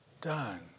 done